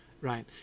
right